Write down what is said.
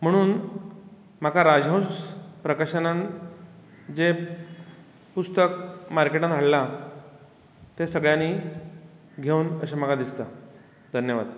म्हणून म्हाका राजहंस प्रकाशनान जें पुस्तक मार्केटांत हाडलां तें सगळ्यांनी घेवन अशें म्हाका दिसता धन्यवाद